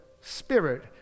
Spirit